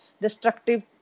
destructive